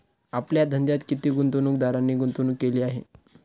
आपल्या धंद्यात किती गुंतवणूकदारांनी गुंतवणूक केली आहे?